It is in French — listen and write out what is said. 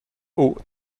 haut